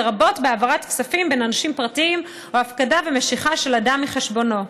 לרבות בהעברת כספים בין אנשים פרטיים והפקדה ומשיכה של אדם מחשבונו.